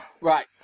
Right